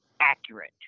accurate